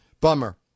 bummer